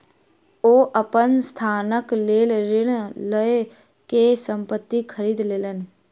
ओ अपन संस्थानक लेल ऋण लअ के संपत्ति खरीद लेलैन